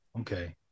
okay